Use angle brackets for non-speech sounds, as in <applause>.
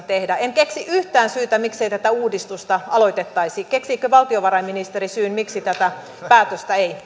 <unintelligible> tehdä en keksi yhtään syytä miksei tätä uudistusta aloitettaisi keksiikö valtiovarainministeri syyn miksi tätä päätöstä ei